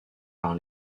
par